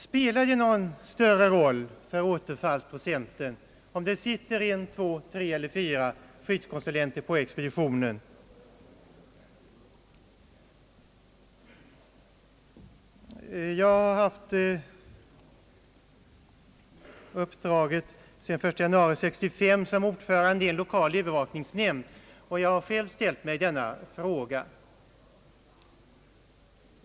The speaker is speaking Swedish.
Spelar det någon större roll för återfallsprocenten om det sitter två, tre eller fyra skyddskonsulenter på expeditionen? Jag har sedan den 1 januari 1965 haft uppdraget att vara ordförande i en lokal övervakningsnämnd, och jag har själv till en början ställt mig denna fråga.